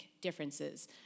differences